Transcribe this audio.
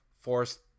forced